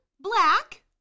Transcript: Black